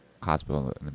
hospital